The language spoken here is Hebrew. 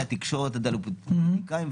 מהתקשורת עד הפוליטיקאים,